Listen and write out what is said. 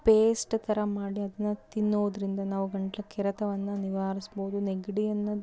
paste ಥರ ಮಾಡಿ ಅದನ್ನ ತಿನ್ನೋದರಿಂದ ನಾವು ಗಂಟ್ಲು ಕೆರೆತವನ್ನು ನಿವಾರಿಸ್ಬೋದು ನೆಗಡಿಯನ್ನ